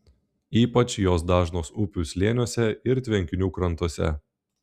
ypač jos dažnos upių slėniuose ir tvenkinių krantuose